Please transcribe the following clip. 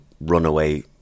runaway